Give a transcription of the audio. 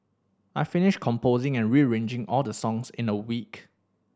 I finished composing and rearranging all the songs in a week